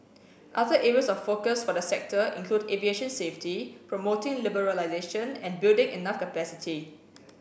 other areas of focus for the sector include aviation safety promoting liberalisation and building enough capacity